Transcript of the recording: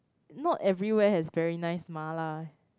not everywhere has very nice mala